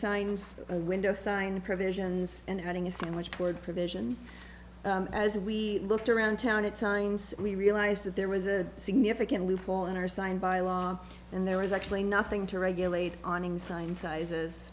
signs a window signed provisions and having a sandwich board provision as we looked around town at times we realized that there was a significant loophole in our signed by law and there was actually nothing to regulate awnings sign sizes